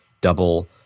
double